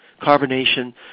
Carbonation